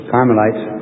Carmelites